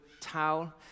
towel